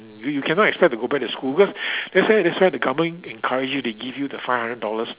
you you cannot expect to go back to school because that's why that's why the government encourage you they give you the five hundred dollars